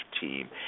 team